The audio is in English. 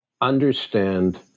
understand